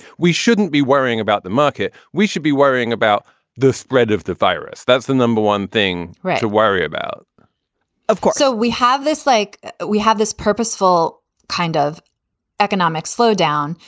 we shouldn't be worrying about the market. we should be worrying about the spread of the virus. that's the number one thing to worry about of course, so we have this like we have this purposeful kind of economic slowdown.